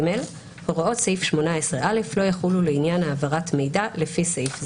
(ג)הוראות סעיף 18(א) לא יחולו לעניין העברת מידע לפי סעיף זה.